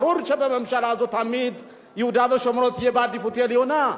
ברור שבממשלה הזו תמיד יהודה ושומרון יהיו בעדיפות עליונה.